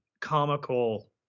comical